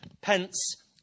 pence